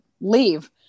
leave